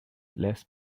less